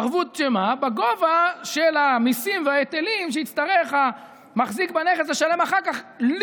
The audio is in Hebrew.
ערבות בגובה של המיסים וההיטלים שיצטרך המחזיק בנכס לשלם אחר כך,